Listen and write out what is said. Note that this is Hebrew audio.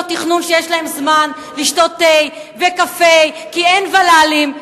תכנון שיש להן זמן לשתות תה וקפה כי אין ול"לים,